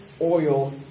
oil